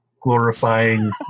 glorifying